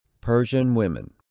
persian women.